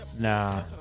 Nah